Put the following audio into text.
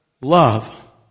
love